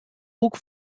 boek